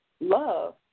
love